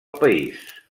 país